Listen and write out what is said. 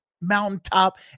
mountaintop